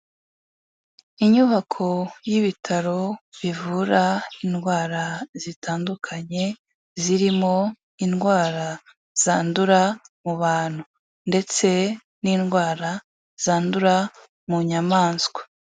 Inyubako y'ibitaro bivura indwara zitandukanye zirimo indwara zandura mu bantu ndetse n'indwara zandura mu nyamaswa.